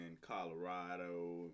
Colorado